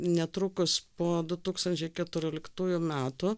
netrukus po du tūkstančiai keturioliktųjų metų